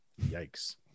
Yikes